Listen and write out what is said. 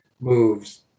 moves